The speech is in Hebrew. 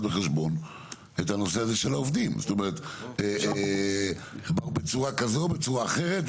בחשבון את נושא העובדים בצורה כזאת או אחרת.